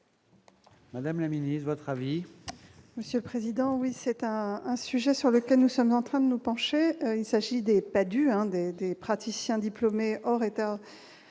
Madame la Ministre votre avis. Monsieur Président oui c'était un un sujet sur lequel nous sommes en train de nous pencher, il s'agit d'État du des des praticiens diplômés hors état